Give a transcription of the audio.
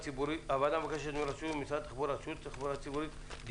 הוועדה מבקשת מרשות התחבורה הציבורית במשרד התחבורה דיווח